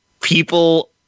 people